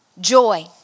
Joy